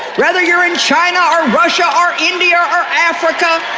whether you're in china or russia or india or or africa,